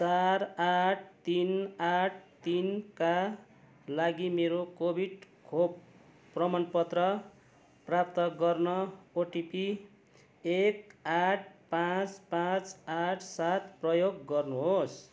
चार आठ तिन आठ तिनका लागि मेरो कोविड खोप प्रमाण पत्र प्राप्त गर्न ओटिपी एक आठ पाँच पाँच आठ सात प्रयोग गर्नु होस्